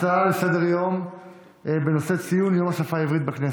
הצעה רגילה לסדר-יום בנושא: ציון יום השפה העברית בכנסת,